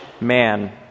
man